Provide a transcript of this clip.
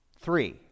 Three